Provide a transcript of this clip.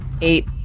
eight